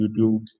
YouTube